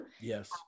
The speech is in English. yes